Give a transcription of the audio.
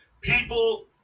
People